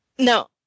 No